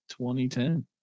2010